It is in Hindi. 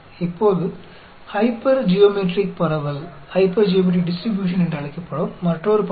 तो यह इस एक्सपोनेंशियल डिस्ट्रीब्यूशन की विशेष विशेषता है